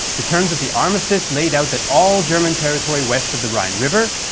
the terms of the armistice laid out that all german territory west of the rhine river,